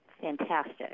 Fantastic